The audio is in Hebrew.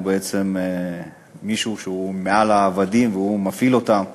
הוא בעצם מישהו שהוא מעל העבדים והוא מפעיל אותם.